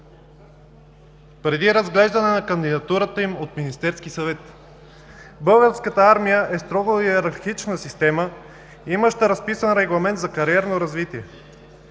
преди разглеждане на кандидатурата им от Министерския съвет. Българската армия е строго йерархична система, имаща разписан регламент за кариерно развитие.